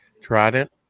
trident